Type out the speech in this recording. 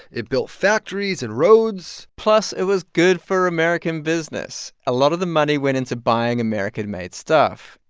it built factories and roads plus, it was good for american business. a lot of the money went into buying american-made stuff.